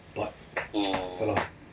but ya lah